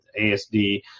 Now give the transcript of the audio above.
ASD